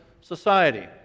society